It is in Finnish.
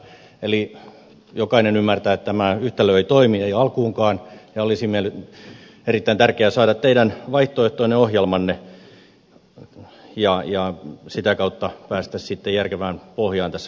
eli jokainen ymmärtää että tämä yhtälö ei toimi ei alkuunkaan ja olisi erittäin tärkeää saada teidän vaihtoehtoinen ohjelmanne ja sitä kautta päästä sitten järkevään pohjaan tässä keskustelussa